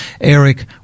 Eric